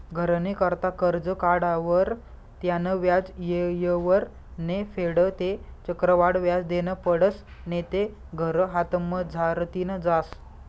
घरनी करता करजं काढावर त्यानं व्याज येयवर नै फेडं ते चक्रवाढ व्याज देनं पडसं नैते घर हातमझारतीन जास